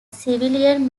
civilian